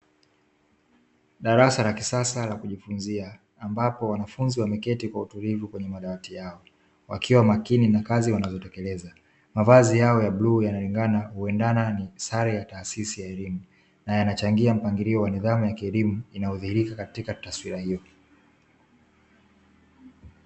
Darasa la kisasa la kujifunzia ambapo wanafunzi wameketi kwa utulivu kwenye madawati yao wakiwa makini na kazi wanayotengeneza. mavazi yao ya bluu yanalingana kuendana na sare ya taasisi ya elimu na yanachangia mpangilio wa nidhamu ya kielimu inadhirisha katika taswira hio.